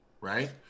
right